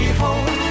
home